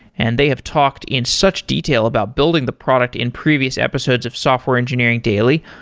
and they have talked in such detail about building the product in previous episodes of software engineering daily.